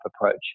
approach